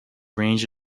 range